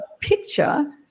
picture